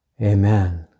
Amen